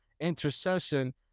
intercession